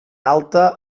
alta